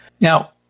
Now